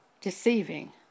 deceiving